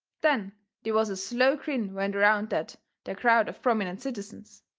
then they was a slow grin went around that there crowd of prominent citizens.